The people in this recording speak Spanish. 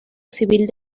civil